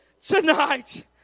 tonight